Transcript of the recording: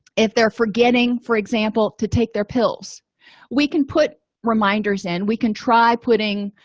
if they're forgetting for example to take their pills we can put reminders in we can try putting